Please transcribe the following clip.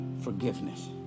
forgiveness